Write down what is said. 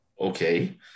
Okay